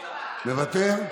מוותר?